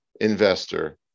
investor